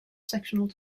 sectional